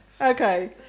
Okay